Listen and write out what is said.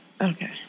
Okay